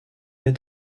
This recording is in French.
est